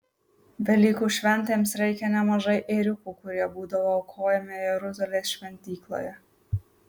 velykų šventėms reikia nemažai ėriukų kurie būdavo aukojami jeruzalės šventykloje